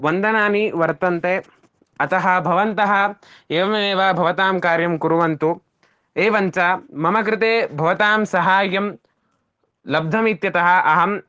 वन्दनानि वर्तन्ते अतः भवन्तः एवमेव भवतां कार्यं कुर्वन्तु एवञ्च मम कृते भवतां साहाय्यं लब्धमित्यतः अहं